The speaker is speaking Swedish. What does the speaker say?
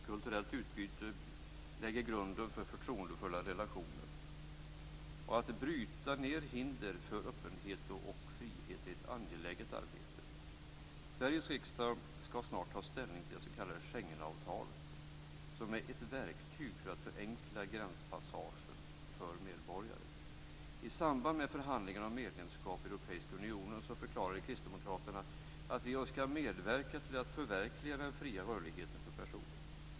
Kulturellt utbyte lägger grunden för förtroendefulla relationer. Att bryta ned hinder för öppenhet och frihet är ett angeläget arbete. Sveriges riksdag skall snart ta ställning till det s.k. Schengenavtalet, som är ett verktyg för att förenkla gränspassage för medborgare. Europeiska unionen förklarade kristdemokraterna att vi önskade medverka till att förverkliga den fria rörligheten för personer.